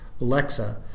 Alexa